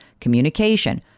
communication